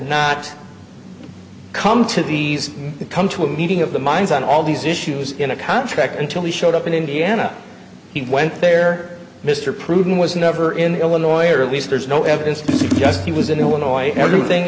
not come to these to come to a meeting of the minds on all these issues in a contract until he showed up in indiana he went there mr proven was never in illinois or at least there's no evidence to suggest he was in illinois everything